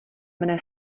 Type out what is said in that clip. mne